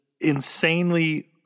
insanely